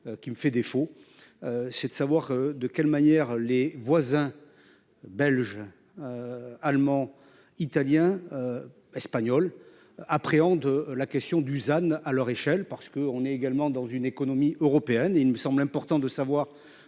qui me fait défaut. C'est de savoir de quelle manière les voisins. Belges. Allemands, italiens. Espagnols appréhende la question Dusan à leur échelle, parce qu'on est également dans une économie européenne et il nous semble important de savoir